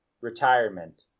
retirement